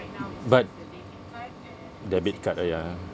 but debit card oh ya